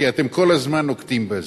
כי אתם כל הזמן נוקטים את זה.